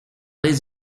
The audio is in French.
les